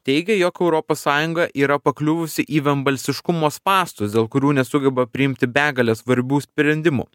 teigia jog europos sąjunga yra pakliuvusi į vienbalsiškumo spąstus dėl kurių nesugeba priimti begalę svarbių sprendimų